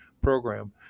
program